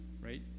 right